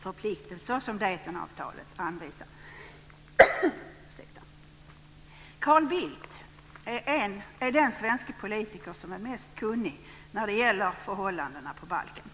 förpliktelser som Daytonavtalet anvisar. Carl Bildt är den svenska politiker som är mest kunnig när det gäller förhållandena på Balkan.